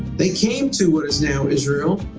they came to what is now israel.